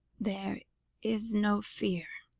there is no fear.